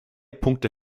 punkte